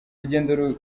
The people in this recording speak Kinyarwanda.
rugendo